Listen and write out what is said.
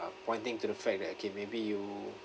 pointing to the fact that okay maybe you